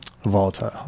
volatile